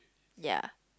ya